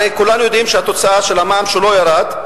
הרי כולם יודעים שהתוצאה של המע"מ שלא ירד,